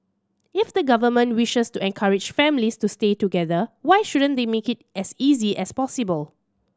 if the government wishes to encourage families to stay together why shouldn't they make it as easy as possible